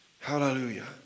Hallelujah